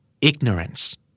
Ignorance